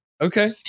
Okay